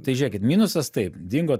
tai žėkit minusas taip dingo